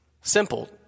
simple